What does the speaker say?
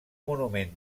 monument